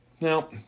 Now